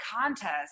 contest